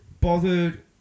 bothered